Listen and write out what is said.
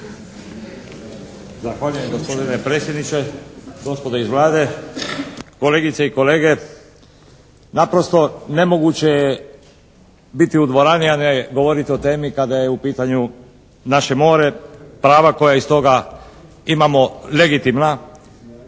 Zahvaljujem gospodine predsjedniče, gospodo iz Vlade, kolegice i kolege. Naprosto nemoguće je biti u dvorani a ne govoriti o temi kada je u pitanju naše more, prava koja iz toga imamo legitimna